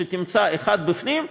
שתמצא אחד בפנים,